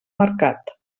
mercat